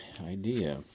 idea